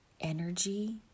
energy